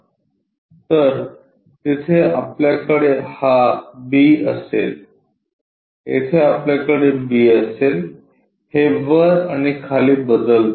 तर तिथे आपल्याकडे हा b असेल येथे आपल्याकडे b असेल हे वर आणि खाली बदलते